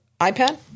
iPad